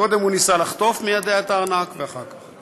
קודם הוא ניסה לחטוף מידיה את הארנק, ואחר כך,